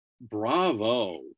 bravo